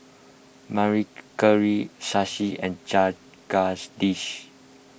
Mary Shashi and Jagadish